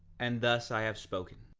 and thus i have spoken.